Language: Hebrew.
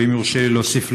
ואם יורשה לי להוסיף,